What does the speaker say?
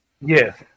Yes